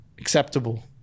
acceptable